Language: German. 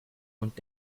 und